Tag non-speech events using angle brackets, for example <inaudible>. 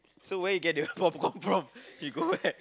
so where you get the~ popcorn from <laughs> you go where